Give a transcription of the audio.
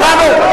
שמענו.